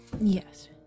Yes